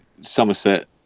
Somerset